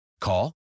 Call